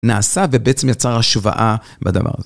נעשה ובעצם יצר השוואה בדבר הזה.